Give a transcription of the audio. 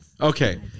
Okay